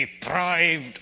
deprived